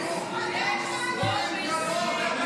יש שמאל בישראל.